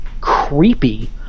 creepy